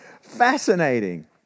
fascinating